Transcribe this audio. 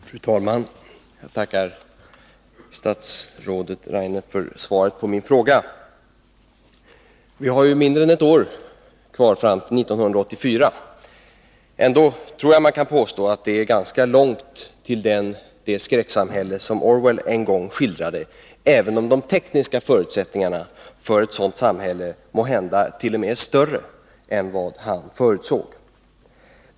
Fru talman! Jag tackar statsrådet Rainer för svaret på min fråga. Vi har mindre än ett år kvar fram till 1984. Ändå tror jag att man kan påstå att det är ganska långt till det skräcksamhälle som Orwell en gång skildrade, även om de tekniska förutsättningarna för ett sådant samhälle måhända t. 0. m. är större än vad han förutsåg.